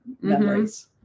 memories